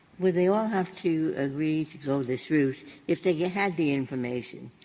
would they all have to agree to go this route if they had the information,